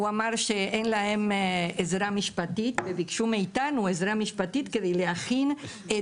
הוא אמר שאין להם עזרה משפטית וביקשו מאיתנו עזרה משפטית כדי להכין.